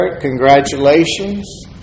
congratulations